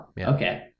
okay